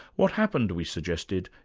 what happened, we suggested,